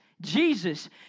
Jesus